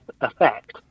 effect